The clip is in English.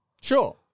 Sure